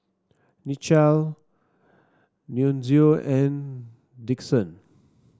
Nichelle Nunzio and Dixon